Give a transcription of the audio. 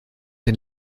den